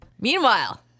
Meanwhile